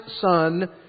son